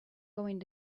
going